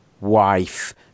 wife